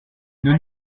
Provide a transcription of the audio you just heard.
nous